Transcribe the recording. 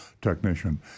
technician